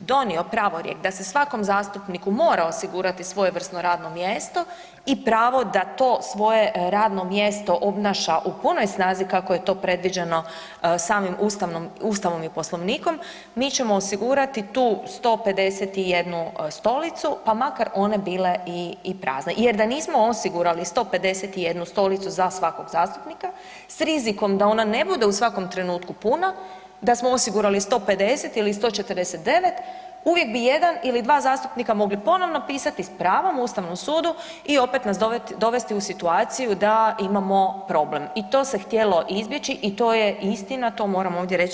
donio pravorijek da se svakom zastupniku mora osigurati svojevrsno radno mjesto i pravo da to svoje mjesto obnaša u punoj snazi kako je to predviđeno samim ustavnom, ustavom i Poslovnikom, mi ćemo osigurati tu 151 stolicu, pa makar one bile i, i prazne jer da nismo osigurali 151 stolicu za svakog zastupnika s rizikom da ona ne bude u svakom trenutku puna, da smo osigurali 150 ili 149 uvijek bi jedan ili dva zastupnika mogli ponovno pisati s pravom ustavnom sudu i opet nas dovesti u situaciju da imamo problem i to se htjelo izbjeći i to je istina, to moram ovdje reći.